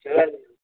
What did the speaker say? చూడండి